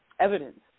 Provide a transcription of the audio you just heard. evidence